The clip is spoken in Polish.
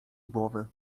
głowy